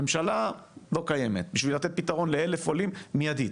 הממשלה לא קיימת בשביל לתת פתרון ל-1000 עולים מידית.